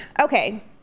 okay